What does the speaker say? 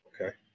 Okay